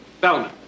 Bellman